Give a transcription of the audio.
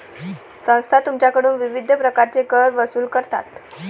संस्था तुमच्याकडून विविध प्रकारचे कर वसूल करतात